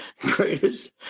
Greatest